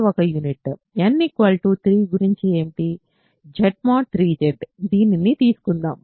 Z mod 3 Z దీనిని తీసుకుందాం